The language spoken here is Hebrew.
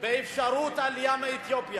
באפשרות העלייה מאתיופיה,